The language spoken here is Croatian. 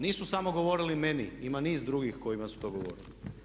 Nisu samo govorili meni, ima niz drugih kojima su to govorili.